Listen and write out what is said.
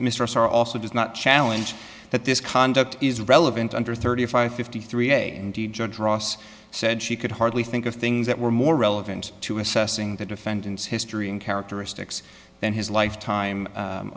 starr also does not challenge that this conduct is relevant under thirty five fifty three a judge ross said she could hardly think of things that were more relevant to assessing the defendant's history and characteristics than his lifetime